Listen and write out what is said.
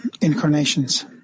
incarnations